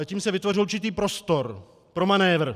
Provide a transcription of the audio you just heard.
Tím se vytvořil určitý prostor pro manévr.